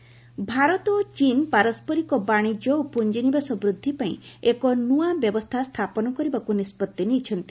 ଗୋଖଲେ ଭାରତ ଓ ଚୀନ୍ ପାରସ୍କରିକ ବାଣିଜ୍ୟ ଓ ପୁଞ୍ଜିନିବେଶ ବୃଦ୍ଧି ପାଇଁ ଏକ ନ୍ତଆ ବ୍ୟବସ୍ଥା ସ୍ଥାପନ କରିବାକୁ ନିଷ୍କତ୍ତି ନେଇଛନ୍ତି